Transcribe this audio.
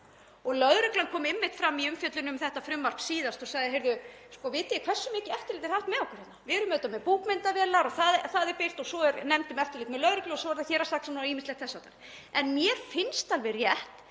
Lögreglan kom einmitt fram í umfjöllun um þetta frumvarp síðast og sagði: Vitið þið hversu mikið eftirlit er haft með okkur? Við erum auðvitað með búkmyndavélar og það er birt og svo er nefnd um eftirlit með lögreglu og svo er það héraðssaksóknari og ýmislegt þess háttar. En mér finnst alveg rétt